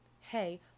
hey